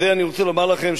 אז זה אני רוצה לומר לכם,